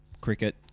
cricket